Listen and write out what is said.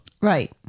right